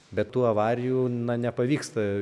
bet tų avarijų na nepavyksta